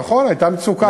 נכון, הייתה מצוקה.